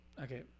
Okay